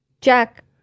Jack